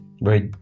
right